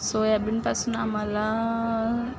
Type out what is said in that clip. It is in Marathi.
सोयाबीनपासून आम्हाला